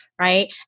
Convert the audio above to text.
right